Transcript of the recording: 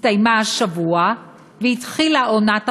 הסתיימה השבוע והתחילה עונת החורף.